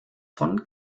von